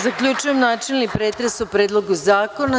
Zaključujem načelni pretres o Predlogu zakona.